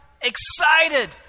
excited